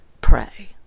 pray